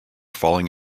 falling